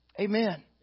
Amen